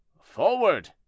Forward